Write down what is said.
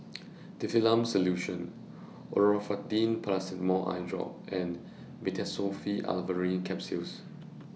Difflam Solution Olopatadine Patanol Eyedrop and Meteospasmyl Alverine Capsules